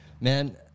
Man